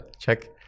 check